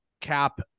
cap